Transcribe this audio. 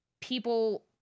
people